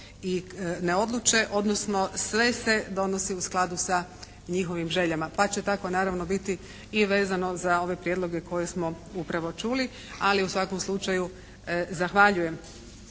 i ne odluče odnosno sve se donosi u skladu sa njihovim željama, pa će tako naravno biti i vezano za ove prijedloge koje smo upravo čuli. Ali, u svakom slučaju zahvaljujem.